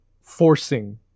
forcing